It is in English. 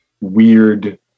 weird